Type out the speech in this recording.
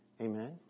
Amen